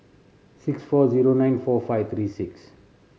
six four zero nine four five three six